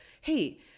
hey